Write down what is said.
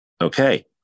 Okay